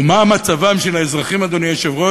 או מה מצבם של האזרחים, אדוני היושב-ראש,